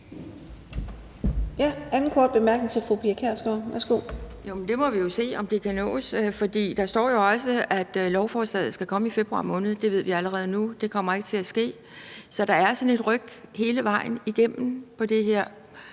sin anden korte bemærkning. Værsgo. Kl. 15:42 Pia Kjærsgaard (DF): Vi må jo se, om det kan nås. For der står jo, at lovforslaget skal komme i februar måned. Det ved vi allerede nu ikke kommer til at ske. Så der er sådan et ryk hele vejen igennem på det her.